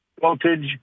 voltage